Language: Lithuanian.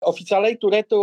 oficialiai turėtų